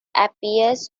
appears